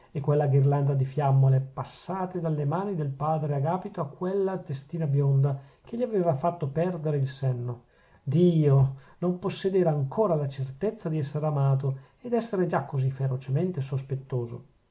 e quella ghirlanda di fiammole passate dalle mani del padre agapito a quella testina bionda che gli aveva fatto perdere il senno dio non possedere ancora la certezza di essere amato ed essere già così ferocemente sospettoso